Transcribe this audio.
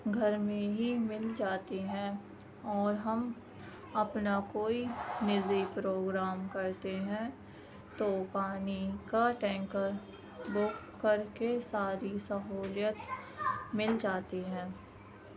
گھر میں ہی مل جاتی ہے اور ہم اپنا کوئی نجی پروگرام کرتے ہیں تو پانی کا ٹینکر بک کر کے ساری سہولیت مل جاتی ہے